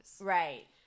Right